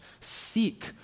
seek